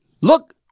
Look